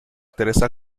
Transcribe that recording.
teresa